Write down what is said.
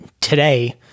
today